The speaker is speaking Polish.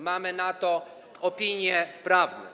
Mamy na to opinie prawne.